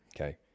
Okay